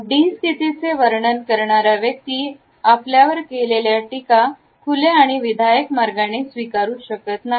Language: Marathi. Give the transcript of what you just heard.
D स्थितीचे वर्णन करणाऱ्या व्यक्ती आपल्यावर केलेले टीका खुल्या आणि विधायक मार्गाने स्वीकारू शकत नाही